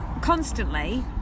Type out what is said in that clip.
constantly